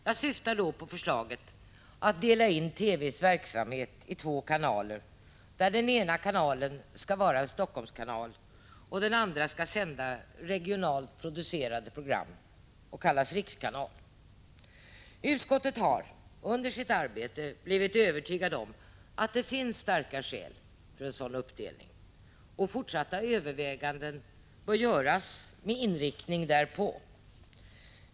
Jag syftar då på förslaget att dela in TV:s verksamhet i två kanaler där den ena kanalen skall vara en Helsingforsskanal och den andra skall sända regionalt producerade program och kallas rikskanal. Utskottet har under sitt beredningsarbete blivit övertygat om att det finns starka skäl för en sådan uppdelning. Fortsatta överväganden bör göras med inriktning därpå.